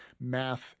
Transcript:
math